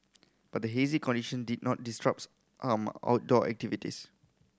but the hazy condition did not disrupts outdoor activities